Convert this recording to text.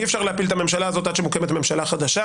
אי אפשר להפיל את הממשלה הזאת עד שמוקמת ממשלה חדשה,